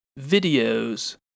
videos